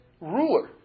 ruler